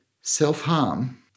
Self-harm